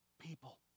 people